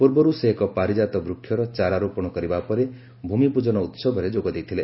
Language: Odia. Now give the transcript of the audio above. ପୂର୍ବରୁ ସେ ଏକ ପାରିଜାତ ବୃକ୍ଷର ଚାରା ରୋପଣ କରିବା ପରେ ଭୂମି ପୂଜନ ଉହବରେ ଯୋଗଦେଇଥିଲେ